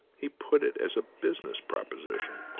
he put it as a business proposition.